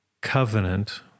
covenant